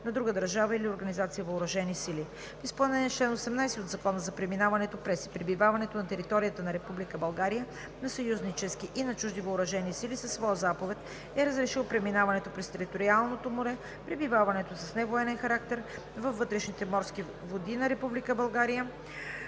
на друга държава или организация, въоръжени сили. В изпълнение на чл. 18 от Закона за преминаването през и пребиваването на територията на Република България на съюзнически и на чужди въоръжени сили със своя заповед е разрешил преминаването през териториалното море, пребиваването с невоенен характер във вътрешните морски води на